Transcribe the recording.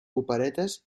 operetes